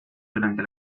durante